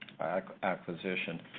acquisition